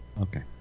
Okay